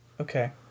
Okay